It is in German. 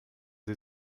sie